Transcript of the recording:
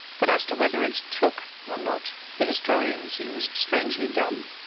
but as to whether it took or not the historian seems strangely dumb.